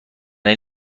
این